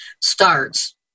starts